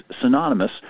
synonymous